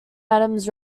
adams